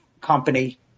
company